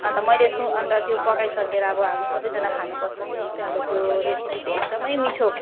अन्त मैले सु अन्त त्यो पकाई सकेर अब हामी सबैजना खानु बस्दाखेरि चाहिँ अब त्यो रेसिपी चाहिँ एकदमै मिठो